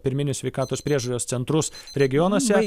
pirminius sveikatos priežiūros centrus regionuose